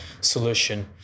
solution